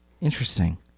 Interesting